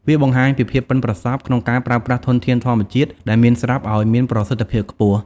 វាបង្ហាញពីភាពប៉ិនប្រសប់ក្នុងការប្រើប្រាស់ធនធានធម្មជាតិដែលមានស្រាប់ឱ្យមានប្រសិទ្ធភាពខ្ពស់។